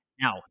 now